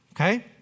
Okay